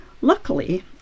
Luckily